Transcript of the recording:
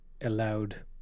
allowed